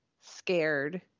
scared